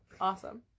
Awesome